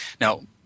now